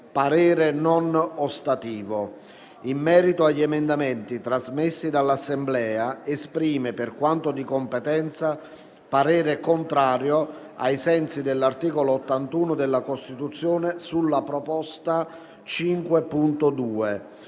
parere non ostativo. In merito agli emendamenti, trasmessi dall'Assemblea, esprime, per quanto di competenza, parere contrario, ai sensi dell'articolo 81 della Costituzione, sulla proposta 5.2.